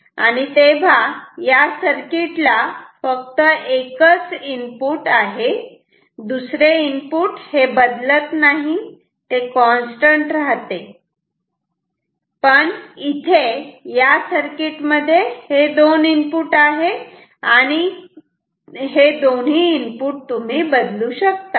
तेव्हा या सर्किट ला फक्त एकच इनपुट आहे दुसरे इनपुट हे बदलत नाही ते कॉन्स्टंट राहते पण इथे या सर्किटमध्ये हे दोन इनपुट आहेत आणि दोन्ही इनपुट तुम्ही बदलू शकतात